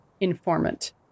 informant